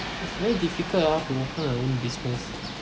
it's very difficult ah to open your own business